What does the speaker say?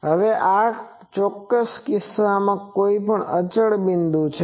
હવે આ ચોક્કસ કિસ્સામાં કોઈ અચળ છે